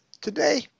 Today